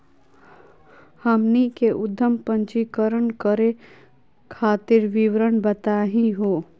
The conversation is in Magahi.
हमनी के उद्यम पंजीकरण करे खातीर विवरण बताही हो?